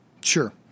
Sure